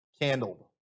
candle